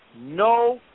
No